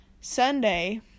Sunday